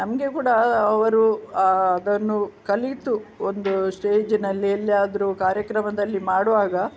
ನಮಗೆ ಕೂಡ ಅವರು ಅದನ್ನು ಕಲಿತು ಒಂದು ಸ್ಟೇಜಿನಲ್ಲಿ ಎಲ್ಲಿಯಾದರೂ ಕಾರ್ಯಕ್ರಮದಲ್ಲಿ ಮಾಡುವಾಗ